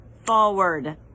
forward